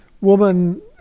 woman